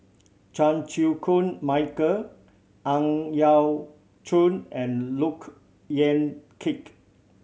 Chan Chew Koon Michael Ang Yau Choon and Look Yan Kit